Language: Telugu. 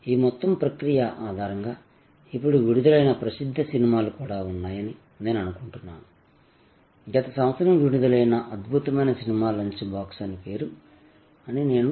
ఈ మొత్తం ప్రక్రియ ఆధారంగా ఇప్పుడు విడుదలైన ప్రసిద్ధ సినిమాలు కూడా ఉన్నాయని నేను అనుకుంటున్నాను గత సంవత్సరం విడుదలైన అద్భుతమైన సినిమా లంచ్ బాక్స్ అని నేను అనుకుంటున్నాను